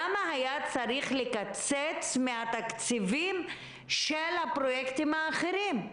למה היה צריך לקצץ מהתקציבים של הפרויקטים האחרים?